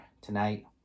tonight